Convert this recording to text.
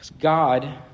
God